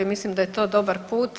Mislim da je to dobar put.